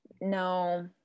no